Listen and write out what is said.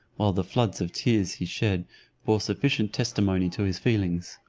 while the floods of tears he shed bore sufficient testimony to his feelings.